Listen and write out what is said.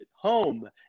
home